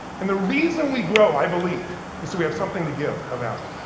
and the reason we grow, i believe, is so we have something to give of value,